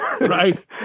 right